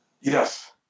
Yes